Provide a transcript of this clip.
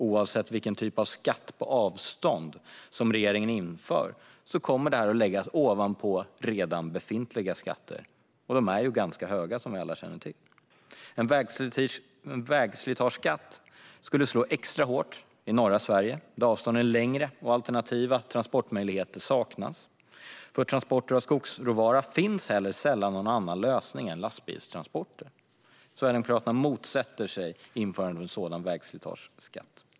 Oavsett vilken typ av skatt på avstånd som regeringen inför kommer den att läggas ovanpå redan befintliga skatter. De är som vi alla känner till ganska höga. En vägslitageskatt skulle slå extra hårt i norra Sverige, där avstånden är längre och alternativa transportmöjligheter saknas. För transporter av skogsråvara finns heller sällan någon annan lösning än lastbilstransporter. Sverigedemokraterna motsätter sig införandet av en sådan vägslitageskatt.